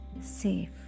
safe